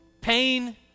pain